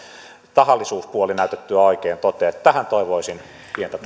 tahallisuuspuoli näytettyä oikein toteen että tähän toivoisin pientä